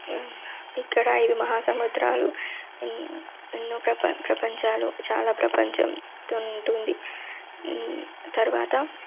ఇక్కడ ఐదు మహా సముద్రాలు ఎన్ ఎన్నో ప్రప ప్రపంచాలు చాలా ప్రపంచంతో ఉంటుంది తరవాత